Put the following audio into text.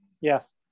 yes